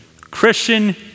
Christian